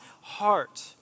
heart